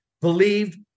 believed